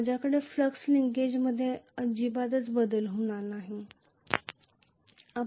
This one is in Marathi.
माझ्याकडे फ्लक्स लिंकेजमध्ये अजिबात बदल होणार नाही